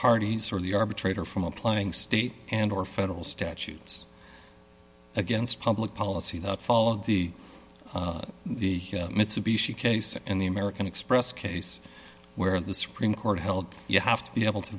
parties or the arbitrator from applying state and or federal statutes against public policy that followed the the mitsubishi case and the american express case where the supreme court held you have to be able to